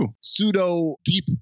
pseudo-deep